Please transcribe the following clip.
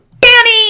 Danny